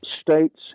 states